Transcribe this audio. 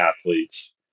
athletes